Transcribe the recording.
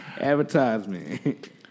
Advertisement